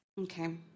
Okay